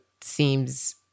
seems